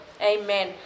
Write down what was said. Amen